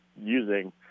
using